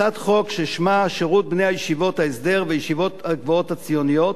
הצעת חוק ששמה שירות בני ישיבות הסדר וישיבות גבוהות ציוניות,